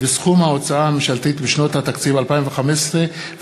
וסכום ההוצאה הממשלתית בשנות התקציב 2015 ו-2016),